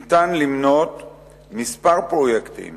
ניתן למנות כמה פרויקטים